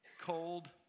Cold